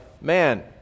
man